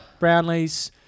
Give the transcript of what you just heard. Brownlees